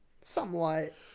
somewhat